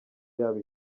yabo